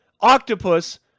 octopus